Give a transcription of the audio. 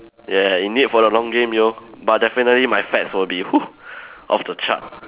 ya in need for the long game yo but definitely my fats will be off the chart